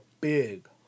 big